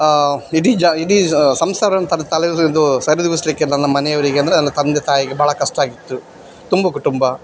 ಇಡೀ ಜ ಇಡೀ ಸಂಸಾರವನ್ನು ತನ್ನ ತಲೆ ಇದು ಸರಿದೂಗಿಸಲಿಕ್ಕೆ ನನ್ನ ಮನೆಯವರಿಗೆ ಅಂದರೆ ನನ್ನ ತಂದೆ ತಾಯಿಗೆ ಬಹಳ ಕಷ್ಟ ಆಗಿತ್ತು ತುಂಬು ಕುಟುಂಬ